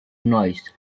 noise